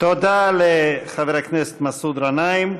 תודה לחבר הכנסת מסעוד גנאים.